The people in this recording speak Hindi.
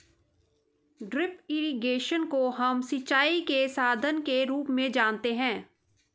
ड्रिप इरिगेशन को हम सिंचाई के साधन के रूप में जानते है